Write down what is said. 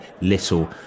little